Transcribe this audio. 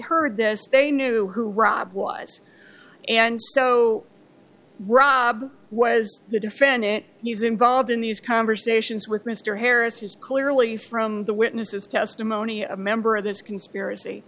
heard this they knew who rob was and so rob was the defendant he's involved in these conversations with mr harris who is clearly from the witnesses testimony a member of this conspiracy